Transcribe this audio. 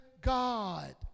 God